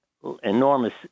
enormous